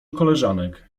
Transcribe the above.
koleżanek